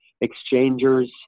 exchangers